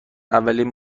اولین